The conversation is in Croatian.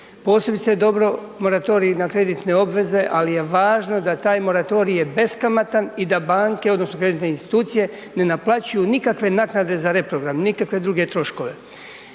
Posebice je dobro moratorij na kreditne obveze, ali je važno da taj moratorij je beskamatan i da banke odnosno kreditne institucije ne naplaćuju nikakve naknade za reprogram, nikakve druge troškove.